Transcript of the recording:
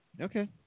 Okay